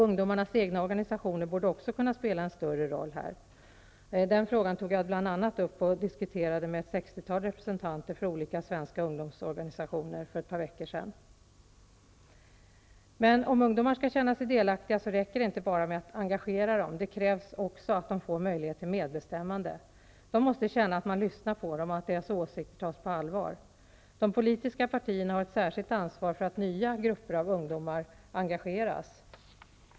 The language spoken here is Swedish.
Ungdomarnas egna organisationer borde också kunna spela en större roll här. Den frågan tog jag upp när jag träffade ett sextiotal representanter för olika svenska ungdomsorganisationer för ett par veckor sedan. Men för att ungdomar skall känna sig delaktiga räcker det inte bara med att engagera dem. Det krävs också att de får möjlighet till medbestämmande. De måste känna att man lyssnar på dem och att deras åsikter tas på allvar. De politiska partierna har ett särskilt ansvar för att nya grupper av ungdomar engageras.